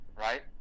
right